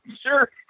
sure